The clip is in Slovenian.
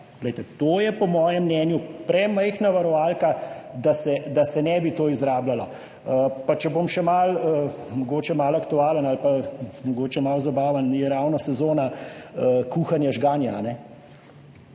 to je po mojem mnenju premajhna varovalka, da se tega ne bi izrabljalo. Pa če bom še mogoče malo aktualen ali pa mogoče malo zabaven, je ravno sezona kuhanja žganja.